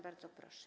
Bardzo proszę.